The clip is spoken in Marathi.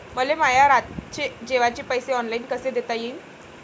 मले माया रातचे जेवाचे पैसे ऑनलाईन कसे देता येईन?